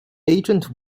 agent